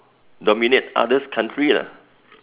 dominate others country lah